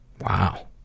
Wow